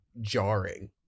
jarring